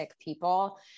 people